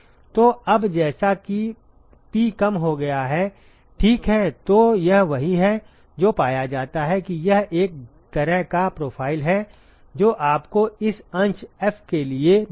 तो अब जैसा कि P कम हो गया है ठीक है तो यह वही है जो पाया जाता है कि यह एक तरह का प्रोफ़ाइल है जो आपको इस अंश F के लिए मिलेगा